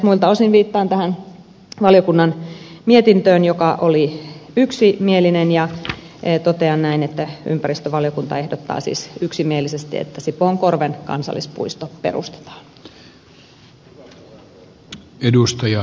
muilta osin viittaan tähän valiokunnan mietintöön joka oli yksimielinen ja totean näin että ympäristövaliokunta ehdottaa siis yksimielisesti että sipoonkorven kansallispuisto perustetaan